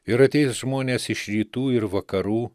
ir ateis žmonės iš rytų ir vakarų